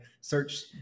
search